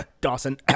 dawson